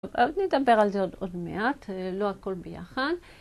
נדבר על זה עוד מעט, לא הכל ביחד.